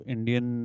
Indian